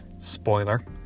spoiler